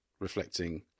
reflecting